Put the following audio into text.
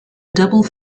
double